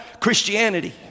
Christianity